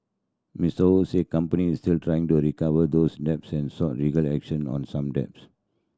Mister Ho said company is still trying to recover those debts and sought legal action on some debts